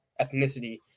ethnicity